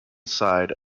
side